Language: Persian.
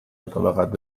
مطابقت